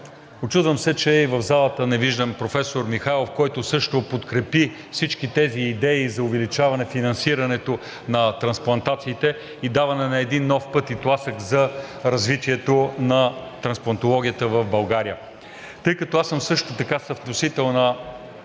Учудвам се, че и в залата не виждам професор Михайлов, който също подкрепи всички тези идеи за увеличаване финансирането на трансплантациите и даване на един нов път и тласък за развитието на трансплантологията в България. Тъй като аз съм също така съвносител за